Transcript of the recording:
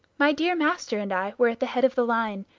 my dear master and i were at the head of the line,